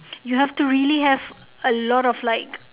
you have to really have a lot of like